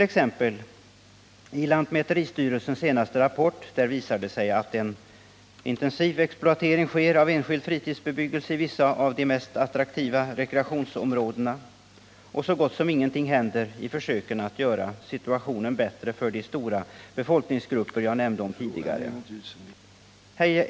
Exempelvis visar lantmäteristyrelsens senaste rapport att en intensiv exploatering sker när det gäller enskild fritidsbebyggelse i vissa av de mest attraktiva rekreationsområdena, och så gott som ingenting händer vad avser att försöka göra situationen bättre för de stora befolkningsgrupper som jag tidigare nämnde.